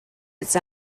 its